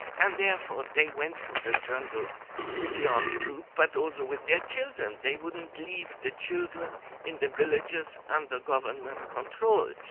and therefore they went to the jungle with the armed group but also with their children. they wouldn't leave the children in the villages under government control.